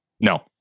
No